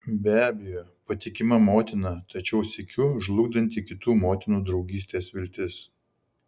be abejo patikima motina tačiau sykiu žlugdanti kitų motinų draugystės viltis